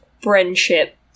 friendship